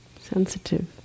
sensitive